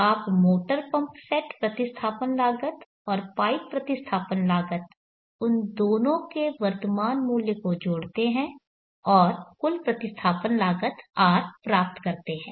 आप motor pump set प्रतिस्थापन लागत और पाइप प्रतिस्थापन लागत उन दोनों के वर्तमान मूल्य को जोड़ते हैं और कुल प्रतिस्थापन लागत R प्राप्त करते हैं